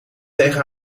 tegen